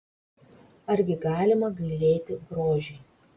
argi galima gailėti grožiui